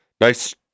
nice